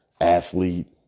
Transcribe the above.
athlete